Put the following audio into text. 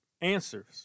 answers